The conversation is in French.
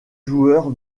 joueur